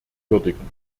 würdigen